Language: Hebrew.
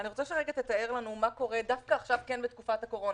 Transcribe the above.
אני רוצה שתתאר לנו מה קורה דווקא בתקופת הקורונה,